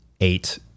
eight